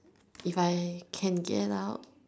if I can get out